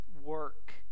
work